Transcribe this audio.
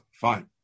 Fine